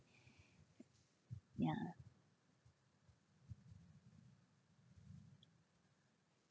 ya